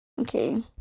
Okay